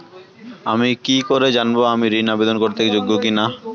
আমি কি করে জানব আমি ঋন আবেদন করতে যোগ্য কি না?